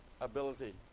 ability